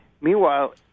meanwhile